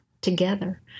together